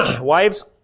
wives